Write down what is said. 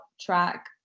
track